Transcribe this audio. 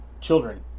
children